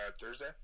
Thursday